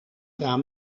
raam